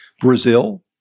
Brazil